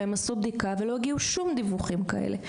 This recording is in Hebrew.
והם עשו בדיקה ולא גילו שום דיווחים כאלה.